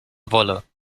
wolle